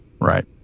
Right